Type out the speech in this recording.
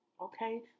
Okay